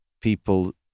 people